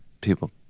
people